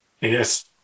Yes